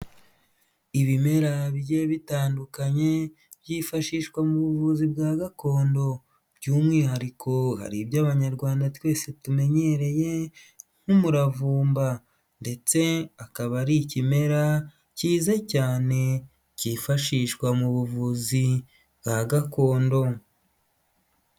Ibimera bigiye bitandukanye, byifashishwa mu buvuzi bwa gakondo, by'umwihariko hari ibyo abanyarwanda twese tumenyereye nk'umuravumba ndetse akaba ari ikimera cyiza cyane, cyifashishwa mu buvuzi bwa gakondo.